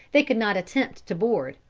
they could not attempt to board,